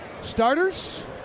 starters